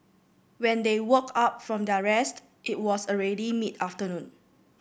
when they woke up from their rest it was already mid afternoon